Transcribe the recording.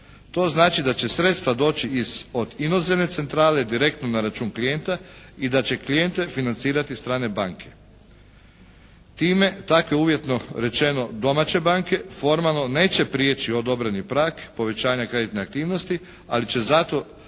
To znači da će sredstva doći od inozemne centrale direktno na račun klijenta i da će klijente financirati strane banke. Time takve uvjetno rečeno domaće banke formalno neće prijeći odobreni prag povećanja kreditne aktivnosti, ali će zato